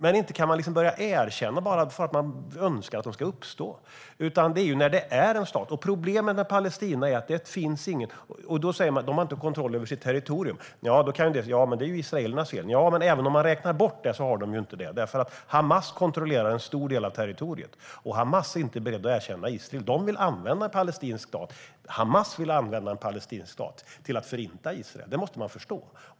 Men inte kan man börja erkänna stater bara för att man önskar att de ska uppstå! Det är ju när de är stater man gör det. Problemet med Palestina är att detta inte är fallet. Man säger att Palestina inte har kontroll över sitt territorium. Ja, men det är ju israelernas fel, kan en del säga. Nja, men även om man räknar bort det har Palestina inte kontroll över sitt territorium. Hamas kontrollerar en stor del av territoriet och är inte berett att erkänna Israel. Hamas vill använda en palestinsk stat till att förinta Israel. Det måste man förstå.